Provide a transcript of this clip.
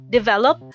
develop